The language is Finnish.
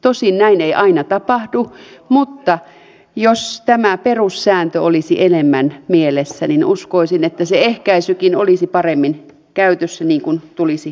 tosin näin ei aina tapahdu mutta jos tämä perussääntö olisi enemmän mielessä niin uskoisin että se ehkäisykin olisi paremmin käytössä niin kuin tulisi olla